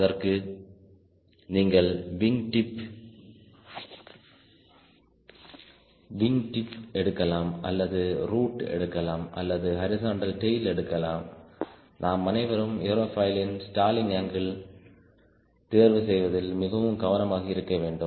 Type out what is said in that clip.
அதற்கு நீங்கள் wing tip எடுக்கலாம் அல்லது ரூட் எடுக்கலாம் அல்லது ஹரிசாண்டல் டெய்ல் எடுக்கலாம்நாம் அனைவரும் ஏரோபாயிலின் ஸ்டாலிங் அங்கிள் தேர்வு செய்வதில் மிகவும் கவனமாக இருக்க வேண்டும்